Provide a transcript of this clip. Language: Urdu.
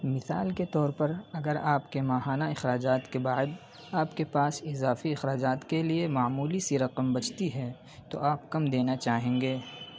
مثال کے طور پر اگر آپ کے ماہانہ اخراجات کے بعد آپ کے پاس اضافی اخراجات کے لیے معمولی سی رقم بچتی ہے تو آپ کم دینا چاہیں گے